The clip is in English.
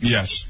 Yes